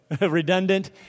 Redundant